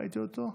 ראיתי אותו,